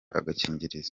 agakingirizo